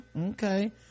Okay